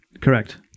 Correct